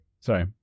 Sorry